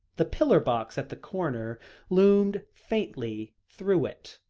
the pillar-box at the corner loomed faintly through it,